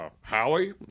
Howie